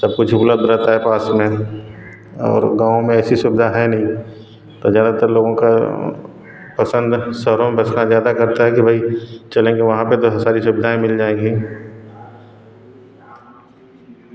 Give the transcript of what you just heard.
सब कुछ उपलब्ध रहता है पास में और गाँव में ऐसी सुविधा है नहीं पर ज़्यादातर लोगों का असंगत शहरों में बसना ज़्यादा रहता है कि भाई चलेंगे वहाँ पर तो बहुत सारी सुविधाएँ मिल जाएँगी